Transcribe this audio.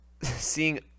seeing